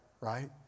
right